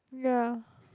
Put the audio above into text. ya